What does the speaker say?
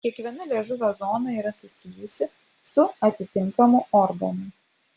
kiekviena liežuvio zona yra susijusi su atitinkamu organu